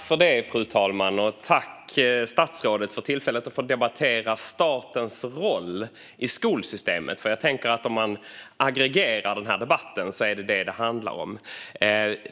Fru talman! Jag vill tacka statsrådet för tillfället att debattera statens roll i skolsystemet. Om man aggregerar den här debatten tänker jag att det är vad det handlar om.